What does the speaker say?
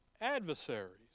adversaries